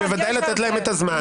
לתת להם את הזמן.